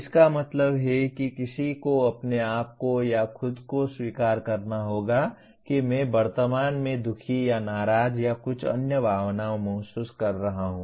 इसका मतलब है कि किसी को अपने आप को या खुद को स्वीकार करना होगा कि मैं वर्तमान में दुखी या नाराज या कुछ अन्य भावनाएं महसूस कर रहा हूं